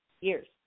years